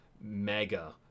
mega